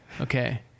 Okay